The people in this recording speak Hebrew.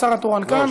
השר התורן כאן.